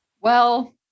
Well-